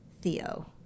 Theo